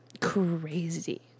crazy